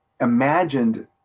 imagined